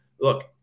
look